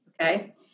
Okay